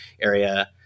area